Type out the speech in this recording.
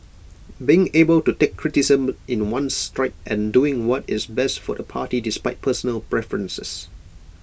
being able to take criticism in one's stride and doing what is best for the party despite personal preferences